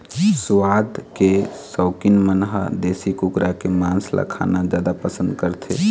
सुवाद के सउकीन मन ह देशी कुकरा के मांस ल खाना जादा पसंद करथे